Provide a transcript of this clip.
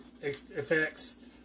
effects